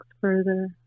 further